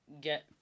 get